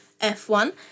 F1